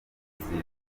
tukaziba